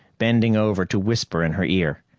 bending over to whisper in her ear.